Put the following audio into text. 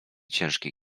ciężki